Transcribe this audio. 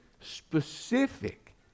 specific